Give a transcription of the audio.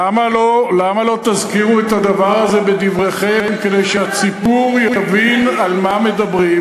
למה לא תזכירו את הדבר הזה בדבריכם כדי שהציבור יבין על מה מדברים?